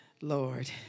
Lord